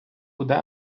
буде